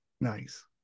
Nice